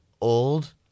old